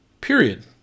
Period